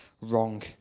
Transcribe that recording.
wrong